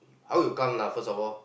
how you come lah first of all